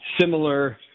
similar